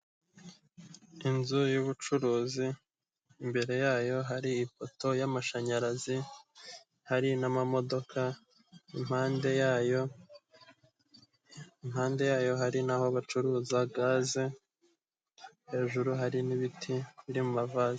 Inzu y'ubucuruzi imbere yayo hari ifopo y'amashanyarazi hari n'amamodoka impande yayo impande yayo hari naho bacuruza gaze hejuru hari n'ibiti biri mu mavaze.